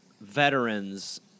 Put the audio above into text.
veterans